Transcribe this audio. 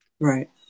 Right